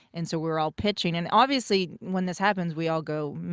and so we're all pitching. and, obviously, when this happens, we all go,